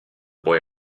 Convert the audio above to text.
boy